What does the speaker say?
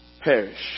perish